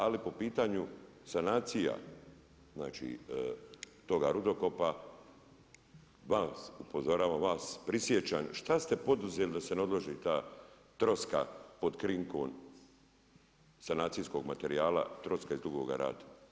Ali po pitanju sanacija, znači toga rudokopa vas, upozoravam vas, prisjećam što ste poduzeli da se ne odloži ta troska pod krinkom sanacijskog materijala troska iz Dugoga Rata.